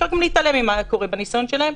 אפשר גם להתעלם ממה שקורה מהניסיון שלהם.